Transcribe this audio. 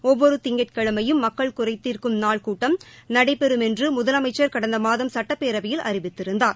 ஒவ்வொரு திங்கட்கிழமையும் மக்கள் குறைதீர்க்கும் நாள் கூட்டம் நடைபெறம் என்று முதலமைச்சர் கடந்த மாதம் சட்டப்பேரவையில் அறிவித்திருந்தார்